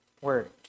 word